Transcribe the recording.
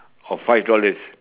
or five dollars